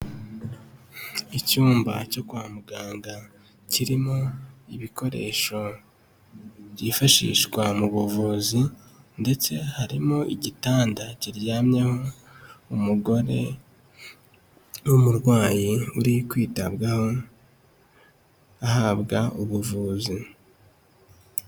Icyumba cyo kwa muganga kirimo ibikoresho byifashishwa mu buvuzi, ndetse harimo igitanda kiryamyeho umugore n'umurwayi uri kwitabwaho, ahabwa ubuvuzi.